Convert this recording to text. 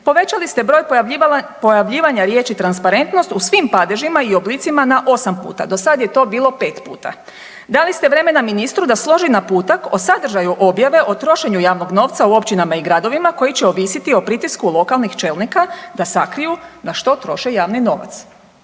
povećali ste broj pojavljivanja riječi transparentnost u svim padežima i oblicima na osam puta, do sad je to bilo pet puta. Dali ste vremena ministru da složi naputak o sadržaju objave o trošenju javnog novca u općinama i gradovima koji će ovisiti o pritisku lokalnih čelnika da sakriju na što troše javni novac.